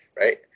right